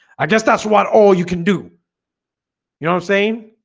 i guess that's what all you can do you know saying